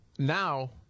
Now